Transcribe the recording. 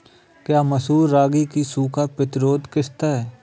क्या मसूर रागी की सूखा प्रतिरोध किश्त है?